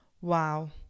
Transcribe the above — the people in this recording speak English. wow